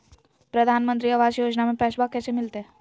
प्रधानमंत्री आवास योजना में पैसबा कैसे मिलते?